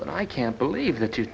but i can't believe that you